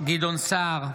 גדעון סער,